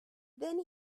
then